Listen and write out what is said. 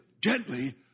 gently